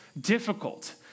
difficult